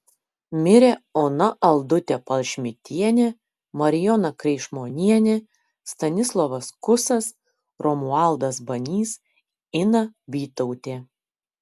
mirė ona aldutė palšmitienė marijona kreišmonienė stanislovas kusas romualdas banys ina bytautė